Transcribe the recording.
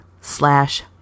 slash